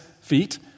feet